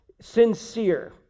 Sincere